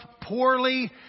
poorly